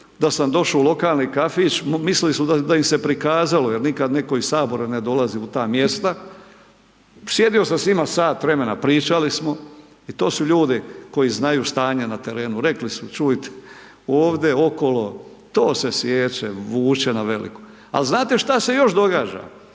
da sam došao u lokalni kafić, mislili su da im se prikazalo jer nikad nitko iz Sabora ne dolazi u ta mjesta, sjedio sam s njima sat vremena, pričali smo i to su ljudi koji znaju stanje na terenu, rekli su čujte, ovdje okolo, to se siječe, vuče na veliko. Al' znate šta se još događa?